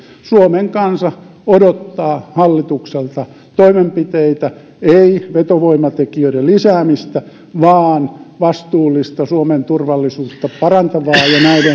suomen kansa odottaa hallitukselta toimenpiteitä ei vetovoimatekijöiden lisäämistä vaan vastuullisia suomen turvallisuutta parantavia toimia ja